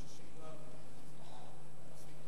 אבקש בראשית דברי להתנצל על